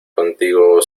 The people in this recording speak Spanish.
contigo